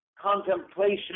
contemplation